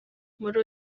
muri